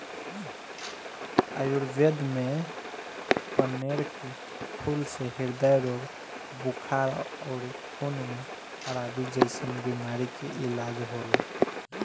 आयुर्वेद में कनेर के फूल से ह्रदय रोग, बुखार अउरी खून में खराबी जइसन बीमारी के इलाज होला